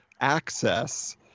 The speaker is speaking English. Access